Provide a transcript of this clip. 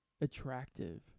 attractive